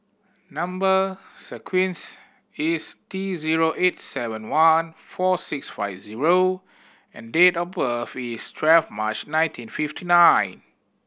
number sequence is T zero eight seven one four six five O and date of birth is twelve March nineteen fifty nine